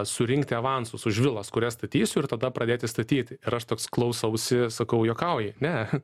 surinkti avansus už villas kurias statysiu ir tada pradėti statyti ir aš toks klausausi sakau juokauji ne